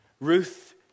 Ruth